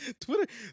Twitter